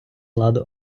ладу